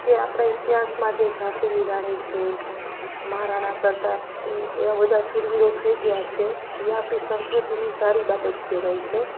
કે આપણા ઇતિહાસમાં જે ઝાંસીની રાણી છે મહારાણા પ્રતાપ છે એવાં બધાં શૂરવીરો થઈ ગયાં છે એ આપણી સંસ્કૃતિની સારી બાબત કહેવાય છે